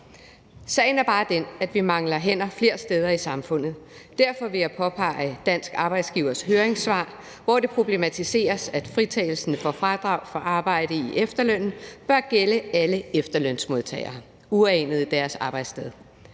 Sagen er bare den, at vi mangler hænder flere steder i samfundet, og derfor vil jeg påpege Dansk Arbejdsgiverforenings høringssvar, hvor det problematiseres, at fritagelsen for fradrag for arbejde i efterlønnen bør gælde alle efterlønsmodtagere uagtet deres arbejdssted.